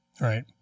Right